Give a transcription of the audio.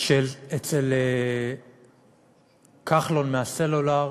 שאצל כחלון מהסלולר,